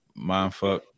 mindfuck